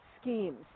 schemes